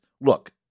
look